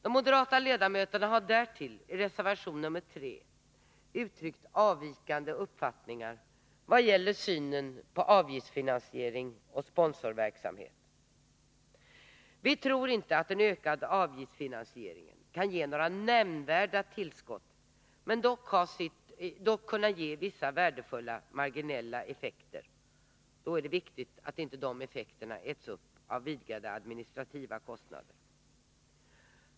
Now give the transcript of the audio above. De moderata ledamöterna har därtill i reservation nr 3 uttryckt avvikande uppfattningar i vad gäller synen på avgiftsfinansiering och sponsorverksamhet. Vi tror inte att en ökad avgiftsfinansiering kan ge några nämnvärda tillskott men dock ge vissa värdefulla marginella effekter. Det är då viktigt att de effekterna inte äts upp av en ökning av de administrativa kostnaderna.